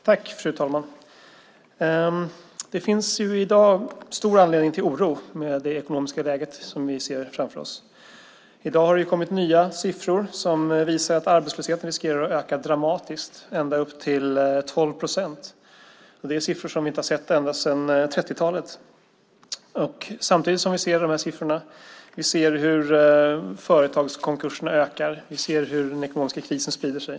Fru talman! Det finns i dag stor anledning till oro med det ekonomiska läge som vi ser framför oss. I dag har det kommit nya siffror som visar att arbetslösheten riskerar att öka dramatiskt, ända upp till 12 procent. Sådana siffror har vi inte sett sedan 1930-talet. Vi ser hur företagskonkurserna ökar och hur den ekonomiska krisen sprider sig.